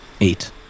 Eight